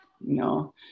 no